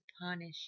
punish